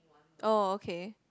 oh okay